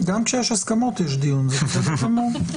בסדר גמור.